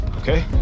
okay